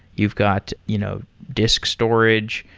you've got you know disk storage.